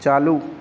चालू